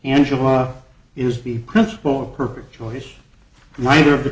angela is the principal a perfect choice neither of the